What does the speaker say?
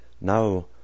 now